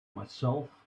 myself